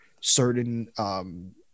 certain